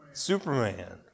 Superman